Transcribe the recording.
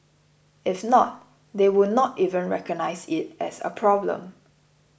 if not they would not even recognise it as a problem